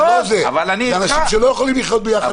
זה אנשים שלא יכולים לחיות בלי.